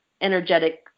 energetic